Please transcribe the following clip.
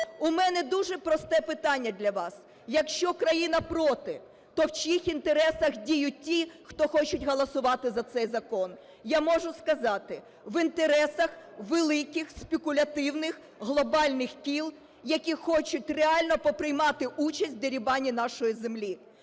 У мене дуже просте питання для вас: якщо країна проти, то в чиїх інтересах діють ті, хто хочуть голосувати за цей закон. Я можу сказати, в інтересах великих спекулятивних глобальних кіл, які хочуть реально поприймати участь в дерибані нашої землі.